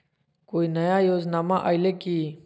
कोइ नया योजनामा आइले की?